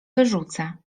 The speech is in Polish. wyrzucę